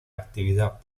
actividad